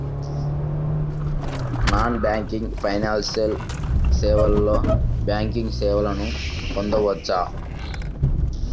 Non banking financial సేవలో banking సేవలను పొందవచ్చా?